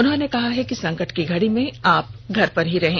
उन्होंने कहा है कि संकट की घड़ी में आप घर पर ही रहें